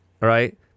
right